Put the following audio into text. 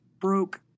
broke